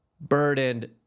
burdened